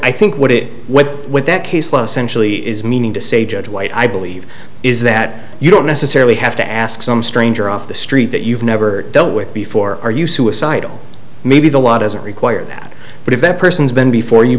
think what it what what that case last century is meaning to say judge white i believe is that you don't necessarily have to ask some stranger off the street that you've never dealt with before are you suicidal maybe the law doesn't require that but if that person's been before you